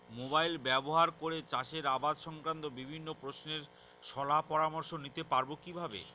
Mobile ব্যাবহার করে চাষের আবাদ সংক্রান্ত বিভিন্ন প্রশ্নের শলা পরামর্শ নিতে পারবো কিভাবে?